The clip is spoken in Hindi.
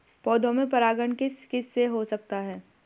पौधों में परागण किस किससे हो सकता है?